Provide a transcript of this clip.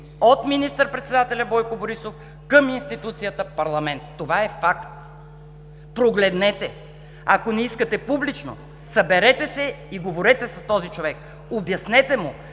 от министър-председателя Бойко Борисов към институцията Парламент. Това е факт! Прогледнете! Ако не искате публично, съберете се и говорете с този човек. Обяснете му,